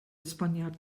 esboniad